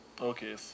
Okay